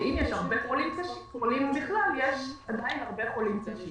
שאם יש הרבה חולים בכלל,